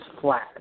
flat